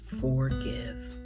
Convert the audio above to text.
forgive